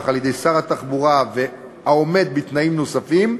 על-ידי שר התחבורה ועומד בתנאים נוספים,